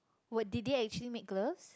well did they actually make gloves